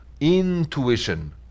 Intuition